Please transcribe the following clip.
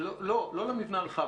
לא, לא למבנה הרחב.